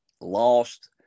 lost